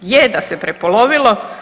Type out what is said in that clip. Je da se prepolovilo.